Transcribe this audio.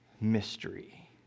mystery